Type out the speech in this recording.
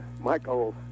Michael